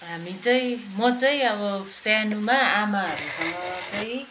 हामी चाहिँ म चाहिँ अब सानोमा आमाहरूसँग चाहिँ